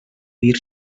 dir